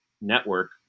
network